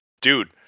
dude